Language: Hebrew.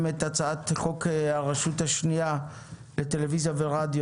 מביאים את הצעת חוק הרשות השנייה לטלוויזיה ורדיו